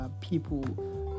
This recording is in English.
people